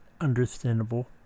understandable